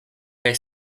kaj